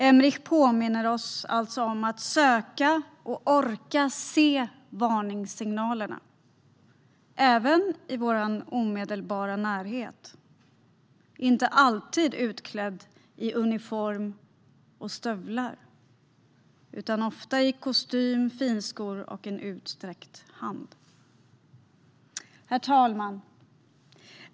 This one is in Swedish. Emerich Roth påminner oss alltså om att söka och orka se varningssignalerna, även i vår omedelbara närhet. De är inte alltid utklädda i uniform och stövlar utan syns ofta i kostym, finskor och en utsträckt hand.